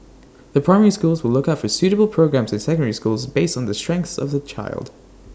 the primary schools will look out for suitable programmes in secondary schools based on the strengths of the child